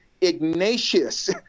Ignatius